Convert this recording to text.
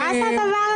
מה זה הדבר הזה?